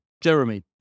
Jeremy